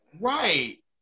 Right